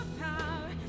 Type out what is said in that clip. power